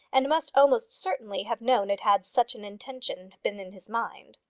and must almost certainly have known it had such an intention been in his mind.